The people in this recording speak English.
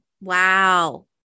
Wow